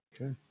okay